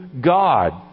God